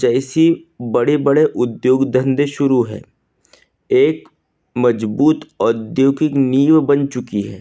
जैसे बड़े बड़े उद्योग धंधे शुरू हैं एक मजबूत औद्योगिक नींव बन चुकी है